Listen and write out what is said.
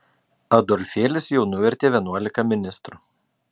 adolfėlis jau nuvertė vienuolika ministrų